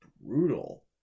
brutal